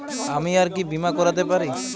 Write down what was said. আমি আর কি বীমা করাতে পারি?